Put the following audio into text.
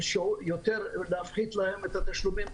להפחית להם את התשלומים.